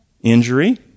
injury